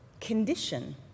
Condition